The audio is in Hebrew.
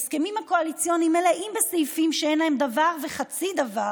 ההסכמים הקואליציוניים מלאים בסעיפים שאין להם דבר וחצי דבר